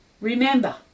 Remember